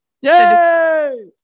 Yay